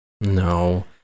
No